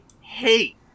hate